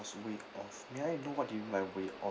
oh so way off may I know what do you mean by way off